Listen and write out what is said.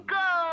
go